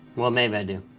well, maybe i do.